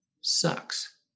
sucks